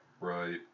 Right